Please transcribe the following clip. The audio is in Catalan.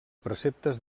preceptes